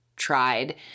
tried